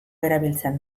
erabiltzen